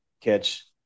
catch